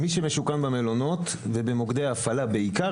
מי שמשוכן במלונות ובמוקדי הפעלה בעיקר.